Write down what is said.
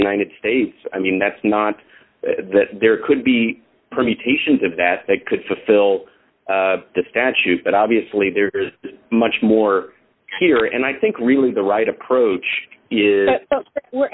united states i mean that's not that there could be permutations of that that could fulfill the statute but obviously there's much more here and i think really the right approach